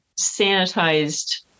sanitized